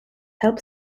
help